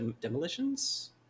demolitions